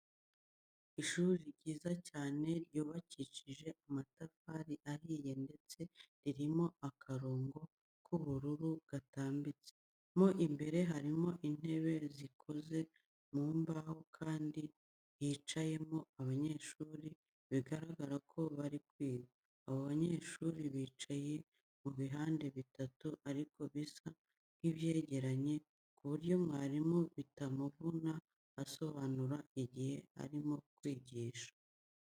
Ishuri ryiza cyane ryubakishije amatafari ahiye ndetse ririmo akarongo k'ubururu gatambitse, mo imbere harimo intebe zikoze mu mbaho kandi hicayemo abanyeshuri bigaragara ko bari kwiga. Abo banyeshuri bicaye mu bihande bitatu ariko bisa nk'ibyegeranye ku buryo mwarimu bitamuvuna asobanura igihe ari kubigisha.